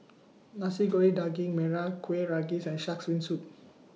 Nasi Goreng Daging Merah Kuih Rengas and Shark's Fin Soup